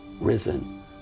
risen